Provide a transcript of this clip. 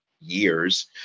years